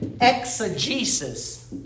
exegesis